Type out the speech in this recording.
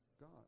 God